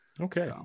okay